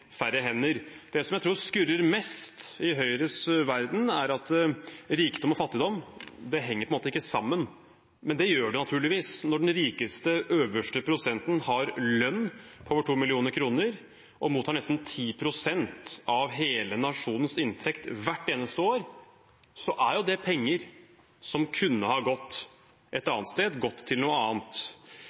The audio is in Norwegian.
færre hender. Det som jeg tror skurrer mest i Høyres verden, er at rikdom og fattigdom ikke henger sammen, men det gjør det naturligvis. Når den rikeste øverste prosenten har lønn på over 2 mill. kr og mottar nesten 10 pst. av hele nasjonens inntekt hvert eneste år, er det penger som kunne ha gått et annet sted, gått til noe annet.